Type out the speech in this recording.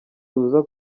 ruza